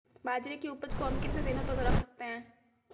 बाजरे की उपज को हम कितने दिनों तक रख सकते हैं?